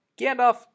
Gandalf